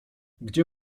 gdzie